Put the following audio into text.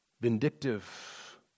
vindictive